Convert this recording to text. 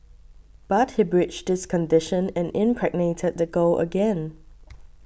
but he breached this condition and impregnated the girl again